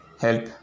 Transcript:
help